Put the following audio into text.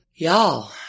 Y'all